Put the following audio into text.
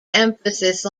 emphasis